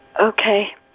Okay